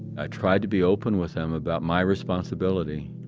i tried to be open with them about my responsibility.